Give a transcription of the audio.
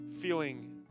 feeling